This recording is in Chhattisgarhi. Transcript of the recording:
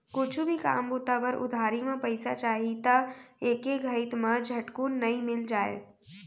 कुछु भी काम बूता बर उधारी म पइसा चाही त एके घइत म झटकुन नइ मिल जाय